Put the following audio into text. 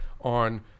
on